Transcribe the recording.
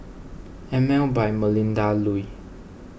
Emel by Melinda Looi